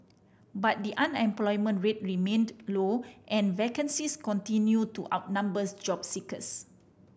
but the unemployment rate remained low and vacancies continued to outnumbers job seekers